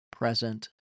present